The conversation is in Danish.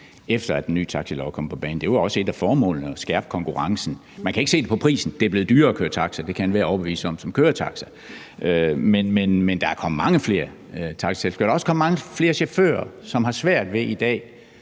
efter at den nye taxilov er kommet på banen. Et af formålene var også at skærpe konkurrencen, men man kan ikke se det på prisen. At det er blevet dyrere at køre i taxa, kan enhver, som kører i taxa, overbevise sig om. Men der er kommet mange flere taxaselskaber, der er også kommet mange flere chauffører, som i dag har svært ved at